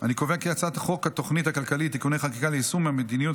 חוק התוכנית הכלכלית (תיקוני חקיקה ליישום המדיניות